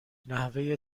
نحوه